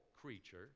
creature